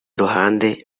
ruhande